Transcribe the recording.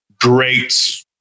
great